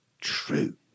true